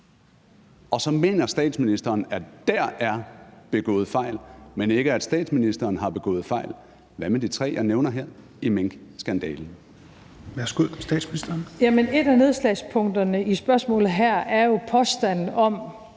Og så mener statsministeren, at der er begået fejl, men ikke, at statsministeren har begået fejl. Hvad med de tre ting, jeg nævner her, i minkskandalen?